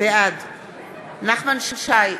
בעד נחמן שי,